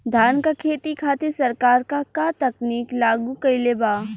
धान क खेती खातिर सरकार का का तकनीक लागू कईले बा?